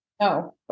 No